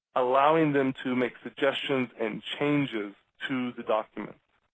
allowing them to make suggestions and changes to the document.